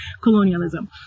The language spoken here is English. colonialism